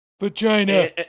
Vagina